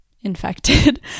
infected